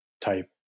type